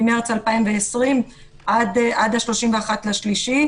ממרץ 2020 עד ה-31 במרץ.